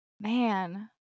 man